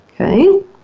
Okay